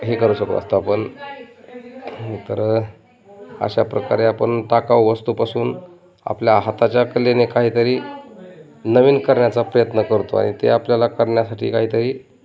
हे करू शकत असतो आपण तर अशा प्रकारे आपण टाकाऊ वस्तूपासून आपल्या हाताच्या कलेने काहीतरी नवीन करण्याचा प्रयत्न करतो आणि ते आपल्याला करण्यासाठी काहीतरी